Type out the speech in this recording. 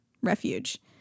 Refuge